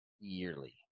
yearly